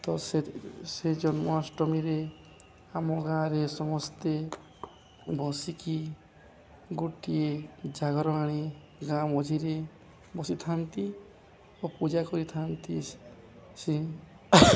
ତ ସେ ସେ ଜନ୍ମାଷ୍ଟମୀରେ ଆମ ଗାଁରେ ସମସ୍ତେ ବସିକି ଗୋଟିଏ ଜାଗରଣରେ ଗାଁ ମଝିରେ ବସିଥାନ୍ତି ଓ ପୂଜା କରିଥାନ୍ତି ସେ